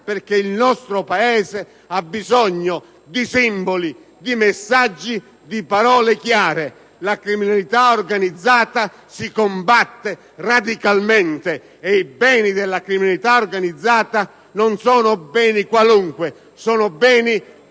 perché il nostro Paese ha bisogno di simboli, di messaggi, di parole chiare. La criminalità organizzata si combatte radicalmente e i suoi beni non sono beni qualunque: sono beni